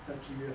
bacteria